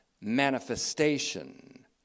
manifestation